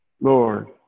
Lord